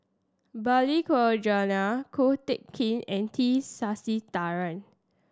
Balli Kaur Jaswal Ko Teck Kin and T Sasitharan